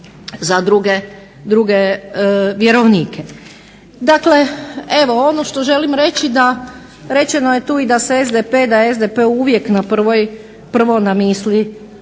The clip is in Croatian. za druge vjerovnike. Dakle, evo ono što želim reći da, rečeno je tu i da se SDP, da je SDP uvijek prvo na misli